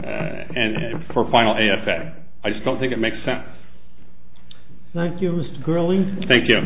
and for final aspect i just don't think it makes sense thank you